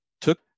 took